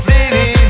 City